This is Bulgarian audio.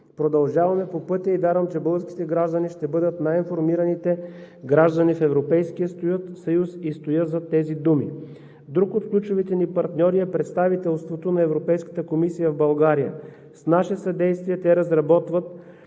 Продължаваме по пътя и вярвам, че българските граждани ще бъдат най-информираните граждани в Европейския съюз и стоя зад тези думи. Друг от ключовите ни партньори е Представителството на Европейската комисия в България. С наше съдействие те разработват